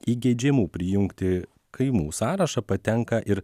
į geidžiamų prijungti kaimų sąrašą patenka ir